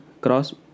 cross